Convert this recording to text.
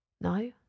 no